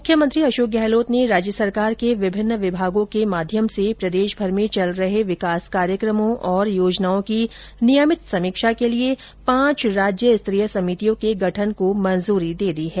मुख्यमंत्री अशोक गहलोत ने राज्य सरकार के विभिन्न विभागों के माध्यम से प्रदेशभर में चल रहे विकास कार्यक्रमों और योजनाओं की नियमित समीक्षा के लिए पांच राज्य स्तरीय समितियों के गठन को मंजूरी दे दी है